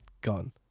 gone